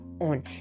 on